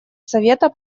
совета